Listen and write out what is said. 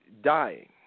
dying